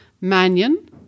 Mannion